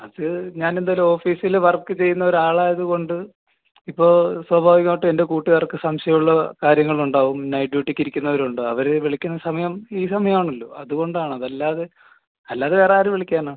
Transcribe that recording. അത് ഞാൻ എന്തായാലും ഓഫീസില് വർക്ക് ചെയ്യുന്ന ഒരാളായത് കൊണ്ട് ഇപ്പോൾ സ്വാഭാവികമായിട്ടും എൻ്റെ കൂട്ടുകാർക്ക് സംശയം ഉള്ള കാര്യങ്ങളുണ്ടാവും നൈറ്റ് ഡ്യൂട്ടിക്ക് ഇരിക്കുന്നവരും ഉണ്ട് അവർ വിളിക്കുന്ന സമയം ഈ സമയം ആണല്ലോ അതുകൊണ്ടാണ് അതല്ലാതെ അല്ലാതെ വേറെ ആര് വിളിക്കാനാ